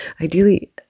Ideally